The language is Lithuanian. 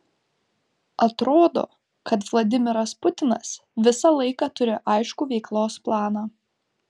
atrodo kad vladimiras putinas visą laiką turi aiškų veiklos planą